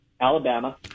Alabama